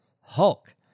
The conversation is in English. Hulk